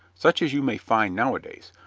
such as you may find nowadays,